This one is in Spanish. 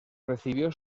recibió